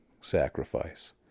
sacrifice